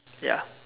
ya